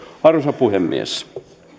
arvoisa puhemies